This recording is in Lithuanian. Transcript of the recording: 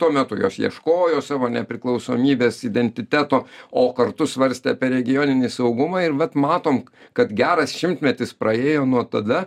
tuo metu jos ieškojo savo nepriklausomybės identiteto o kartu svarstė apie regioninį saugumą ir vat matom kad geras šimtmetis praėjo nuo tada